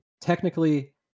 technically